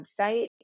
website